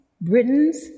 Britons